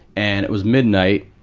and it was midnight,